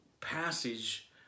passage